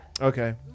Okay